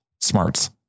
smarts